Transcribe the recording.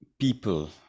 people